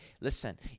Listen